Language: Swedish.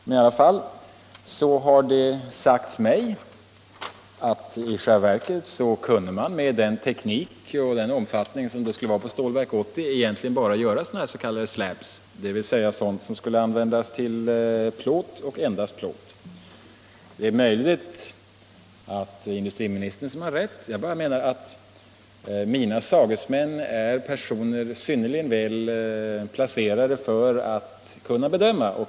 Men det har sagts mig att med den teknik och den omfattning som Stålverk 80 skulle komma att få skulle man egentligen bara kunna göra s.k. slabs, dvs. sådant som kan användas till plåt och endast plåt. Det är möjligt att det är industriministern som har rätt. Jag menar bara att mina sagesmän är personer, synnerligen väl placerade för att kunna bedöma.